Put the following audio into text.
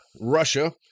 Russia